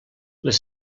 les